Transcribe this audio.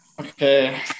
okay